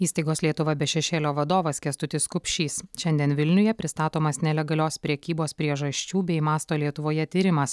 įstaigos lietuva be šešėlio vadovas kęstutis kupšys šiandien vilniuje pristatomas nelegalios prekybos priežasčių bei masto lietuvoje tyrimas